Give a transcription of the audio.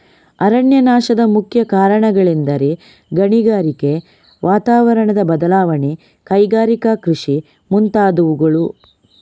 ಅರಣ್ಯನಾಶದ ಮುಖ್ಯ ಕಾರಣಗಳೆಂದರೆ ಗಣಿಗಾರಿಕೆ, ವಾತಾವರಣದ ಬದಲಾವಣೆ, ಕೈಗಾರಿಕಾ ಕೃಷಿ ಮುಂತಾದವುಗಳು